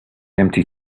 empty